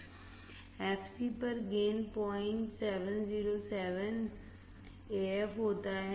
Fc पर gain 0707 AF होता है